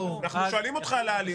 אנחנו שואלים אותך על ההליך.